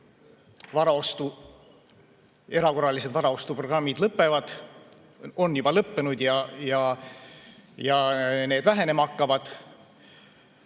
seda, kui erakorralised varaostuprogrammid lõpevad, on juba lõppenud ja vähenema hakkavad.